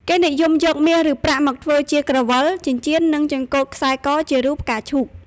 គេនិយមយកមាសឬប្រាក់មកធ្វើជាក្រវិល ចិញ្ចៀន និងចង្កូតខ្សែកជារូបផ្កាឈូក។